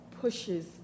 pushes